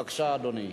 בבקשה, אדוני.